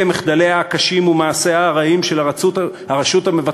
אלה מחדליה הקשים ומעשיה הרעים של הרשות המבצעת,